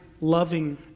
loving